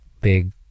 big